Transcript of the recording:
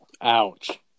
Ouch